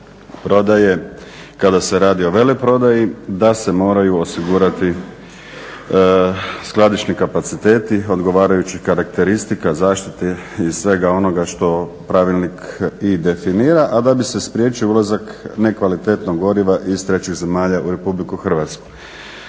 prodaje kada se radi o veleprodaji da se moraju osigurati skladišni kapaciteti, odgovarajućih karakteristika zaštite i svega onoga što pravilnik i definira, a da bi se spriječio ulazak nekvalitetnog goriva iz trećih zemalja u RH. Sada ja